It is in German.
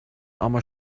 armer